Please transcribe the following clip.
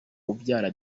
ubyara